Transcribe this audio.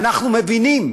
אנחנו מבינים.